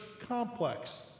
complex